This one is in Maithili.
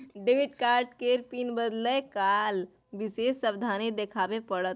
डेबिट कार्ड केर पिन बदलैत काल विशेष सावाधनी देखाबे पड़त